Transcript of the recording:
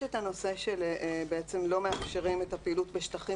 יש את הנושא שלא מאפשרים את הפעילות בשטחים